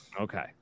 Okay